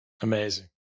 Amazing